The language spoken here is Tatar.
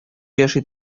яши